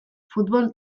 futbol